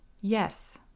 yes